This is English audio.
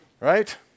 right